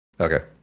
okay